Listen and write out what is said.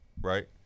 Right